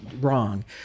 wrong